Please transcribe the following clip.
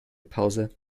pause